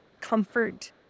comfort